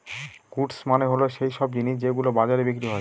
goods মানে হল সৈইসব জিনিস যেগুলো বাজারে বিক্রি হয়